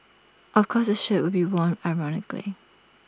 of course this shirt will be worn ironically